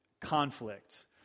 conflict